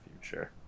future